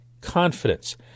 confidence